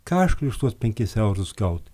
ką aš galiu už tuos penkis eurus gaut